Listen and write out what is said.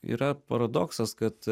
yra paradoksas kad